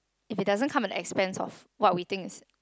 if it doesn't come an expense of what we think is